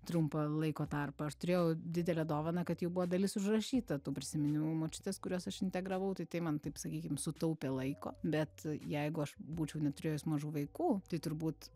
trumpą laiko tarpą aš turėjau didelę dovaną kad jau buvo dalis užrašyta tų prisiminimų močiutės kuriuos aš integravau tai tai man taip sakykim sutaupė laiko bet jeigu aš būčiau neturėjus mažų vaikų tai turbūt